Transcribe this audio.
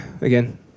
again